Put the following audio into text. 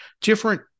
different